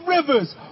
rivers